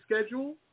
schedule